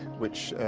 which,